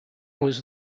was